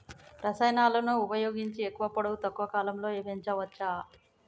రసాయనాలను ఉపయోగించి ఎక్కువ పొడవు తక్కువ కాలంలో పెంచవచ్చా?